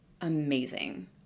amazing